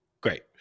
Great